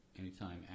Anytime